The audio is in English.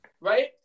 Right